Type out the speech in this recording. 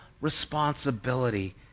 responsibility